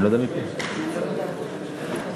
התשע"ג 2013,